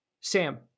Sam